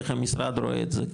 איך המשרד רואה את זה,